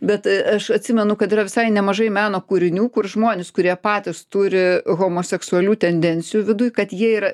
bet aš atsimenu kad yra visai nemažai meno kūrinių kur žmonės kurie patys turi homoseksualių tendencijų viduj kad jie yra